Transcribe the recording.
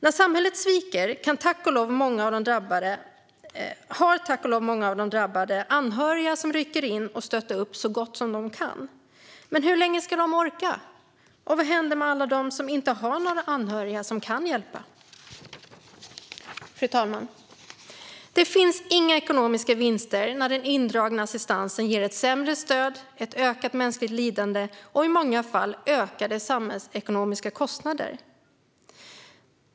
När samhället sviker har tack och lov många av de drabbade anhöriga som rycker in och stöttar upp så gott de kan. Men hur länge ska de orka? Och vad händer med alla som inte har några anhöriga som kan hjälpa? Fru talman! Det finns inga ekonomiska vinster när den indragna assistansen ger ett sämre stöd, ett ökat mänskligt lidande och, i många fall, ökade samhällsekonomiska kostnader.